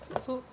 so so